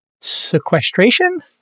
sequestration